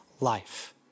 life